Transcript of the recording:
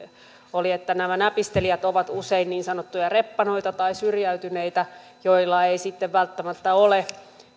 oli se että nämä näpistelijät ovat usein niin sanottuja reppanoita tai syrjäytyneitä joilla ei sitten välttämättä ole